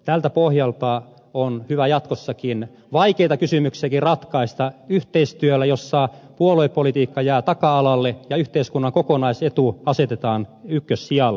tältä pohjalta on hyvä jatkossakin vaikeitakin kysymyksiä ratkaista yhteistyöllä jossa puoluepolitiikka jää taka alalle ja yhteiskunnan kokonaisetu asetetaan ykkössijalle